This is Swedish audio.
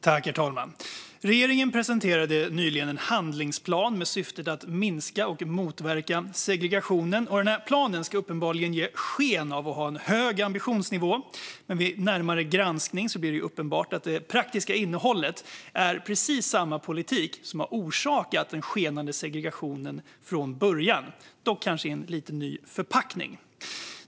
Herr talman! Regeringen presenterade nyligen en handlingsplan med syftet att minska och motverka segregationen, och den ska uppenbarligen ge sken av att ha en hög ambitionsnivå. Men vid närmare granskning blir det uppenbart att det praktiska innehållet är precis samma politik som har orsakat den skenande segregationen från början, dock kanske i en ny förpackning.